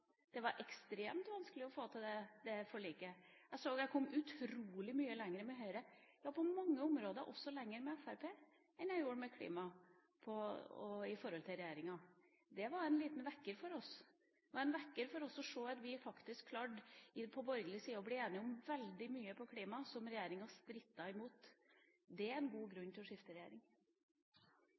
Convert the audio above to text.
klima var ganske vanskelig – det var ekstremt vanskelig å få til det forliket. Jeg så at jeg kom utrolig mye lenger på klima med Høyre, ja, på mange områder også lenger med Fremskrittspartiet, enn jeg gjorde med regjeringa. Det var en liten vekker for oss. Det var en vekker for oss å se at vi faktisk klarte på borgerlig side bli enige om veldig mye på klima som regjeringa strittet imot. Det er en god grunn til å skifte regjering.